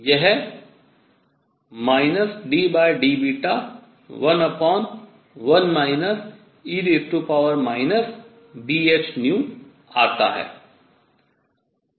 यह ddβ11 e βhν आता है